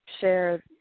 share